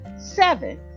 Seven